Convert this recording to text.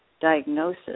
diagnosis